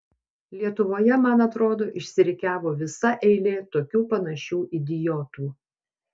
lietuvoje man atrodo išsirikiavo visa eilė tokių panašių idiotų